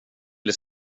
bli